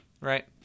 right